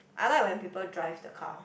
I like when people drive the car